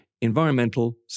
Environmental